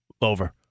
over